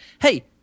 hey